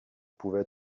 pouvait